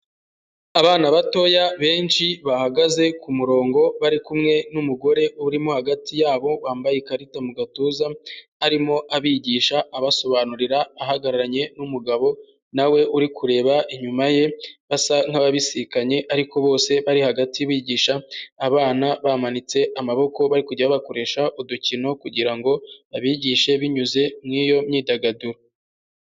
Abana batoya benshi bahagaze ku murongo bari kumwe n'umugore urimo hagati yabo wambaye ikarita mu gatuza, arimo abigisha abasobanurira ahagararanye n'umugabo nawe uri kureba inyuma ye basa nk'ababisikanye ariko bose bari hagati bigisha abana bamanitse amaboko bari kujya babakoresha udukino kugira ngo babigishe binyuze muri iyo myidagaduro.